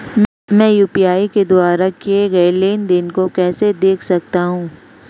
मैं यू.पी.आई के द्वारा किए गए लेनदेन को कैसे देख सकता हूं?